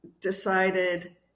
decided